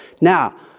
Now